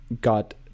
got